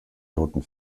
toten